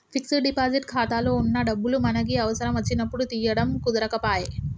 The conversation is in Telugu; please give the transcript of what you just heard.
ఫిక్స్డ్ డిపాజిట్ ఖాతాలో వున్న డబ్బులు మనకి అవసరం వచ్చినప్పుడు తీయడం కుదరకపాయె